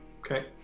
Okay